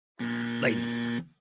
ladies